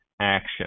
action